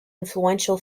influential